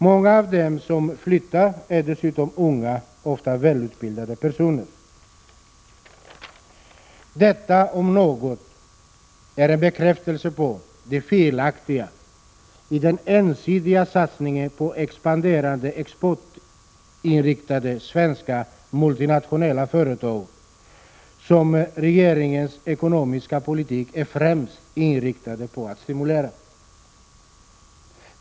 Många av dem som flyttar är dessutom unga, ofta välutbildade personer.” Detta om något är en bekräftelse på det felaktiga i ensidiga satsningar på expanderande exportinriktade svenska multinationella företag, som regeringens ekonomiska politik främst är inriktad på att stimulera.